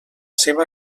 seva